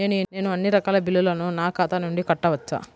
నేను అన్నీ రకాల బిల్లులను నా ఖాతా నుండి కట్టవచ్చా?